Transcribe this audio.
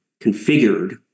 configured